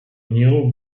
new